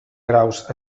graus